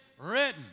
written